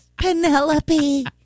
Penelope